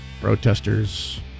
Protesters